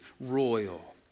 royal